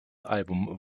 album